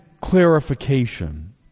clarification